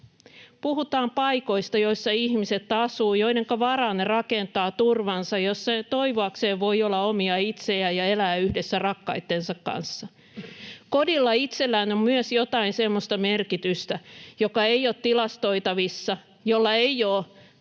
puhutaan paikoista, joissa ihmiset asuvat, joidenka varaan he rakentavat turvansa, joissa toivoakseen voidaan olla omia itsejään ja elää yhdessä rakkaittensa kanssa. Kodilla itsellään on myös jotain semmoista merkitystä, joka ei ole tilastoitavissa, jolla ei ole